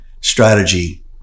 strategy